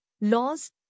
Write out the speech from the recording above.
laws